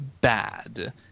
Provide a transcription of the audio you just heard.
bad